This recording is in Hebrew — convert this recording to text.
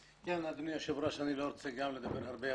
אדוני היושב ראש, אני לא רוצה לדבר הרבה.